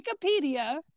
Wikipedia